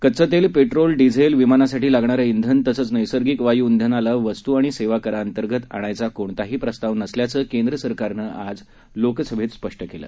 कच्चं तेल petrol diesel विमानासाठी लागणारं इंधन तसंच नैसर्गिक वायुंधनाला वस्तू आणि सेवाकराअंतर्गत आणायचा कोणताही प्रस्ताव नसल्याचं केंद्र सरकारनं आज लोकसभेत स्पष् केलं